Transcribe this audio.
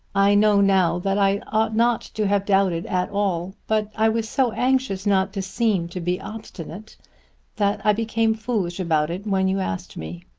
i know now that i ought not to have doubted at all but i was so anxious not to seem to be obstinate that i became foolish about it when you asked me.